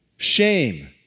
Shame